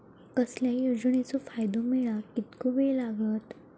कसल्याय योजनेचो फायदो मेळाक कितको वेळ लागत?